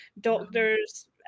doctors